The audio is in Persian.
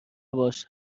نباش